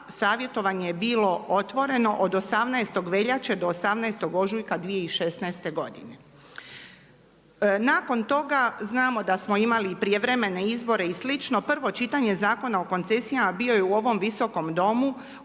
savjetovanje je bilo otvoreno od 18. veljače do 18. ožujka 2016. godine. Nakon toga znamo da smo imali i prijevremene izbore i slično. Prvo čitanje Zakona o koncesijama bio je u ovom Visokom domu u veljači